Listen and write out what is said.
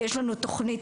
ויש לנו תוכנית,